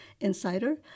Insider